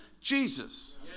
Jesus